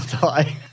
die